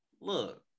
look